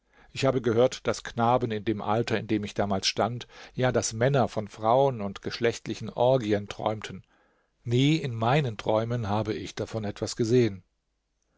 ich habe gehört daß knaben in dem alter in dem ich damals stand ja daß männer von frauen und geschlechtlichen orgien träumten nie in meinen träumen habe ich davon etwas gesehen